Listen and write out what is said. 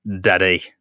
Daddy